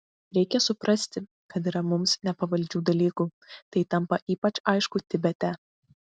reikia suprasti kad yra mums nepavaldžių dalykų tai tampa ypač aišku tibete